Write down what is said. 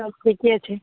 सब ठिके छै